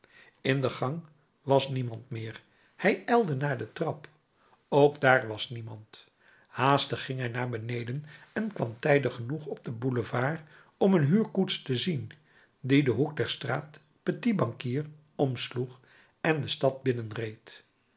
in de gang was niemand meer hij ijlde naar de trap ook daar was niemand haastig ging hij naar beneden en kwam tijdig genoeg op den boulevard om een huurkoets te zien die den hoek der straat petit banquier omsloeg en de stad